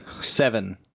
Seven